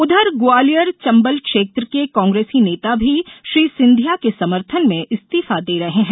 उधर ग्वालियर चंबल क्षेत्र के कांग्रेसी नेता भी श्री सिधिया के समर्थन में इस्तीफा दे रहे है